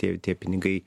tie tie pinigai